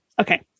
okay